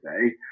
today